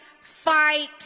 fight